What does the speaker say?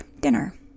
dinner